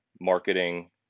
marketing